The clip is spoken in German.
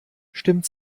stimmt